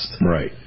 right